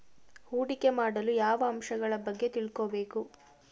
ಹೂಡಿಕೆ ಮಾಡಲು ಯಾವ ಅಂಶಗಳ ಬಗ್ಗೆ ತಿಳ್ಕೊಬೇಕು?